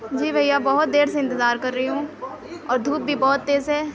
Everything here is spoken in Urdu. جی بھیا بہت دیر سے انتظار کر رہی ہوں اور دھوپ بھی بہت تیز ہے